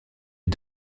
est